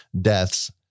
deaths